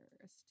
first